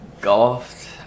Golfed